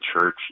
church